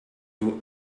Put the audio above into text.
will